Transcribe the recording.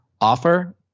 offer